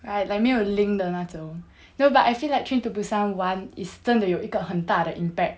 right like 没有 link 的那种 no but I feel like train to busan one is 真的有一个很大的 impact